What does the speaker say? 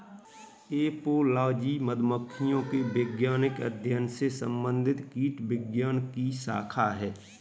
apiology मधुमक्खियों के वैज्ञानिक अध्ययन से संबंधित कीटविज्ञान की शाखा है